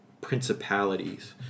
principalities